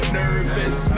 nervous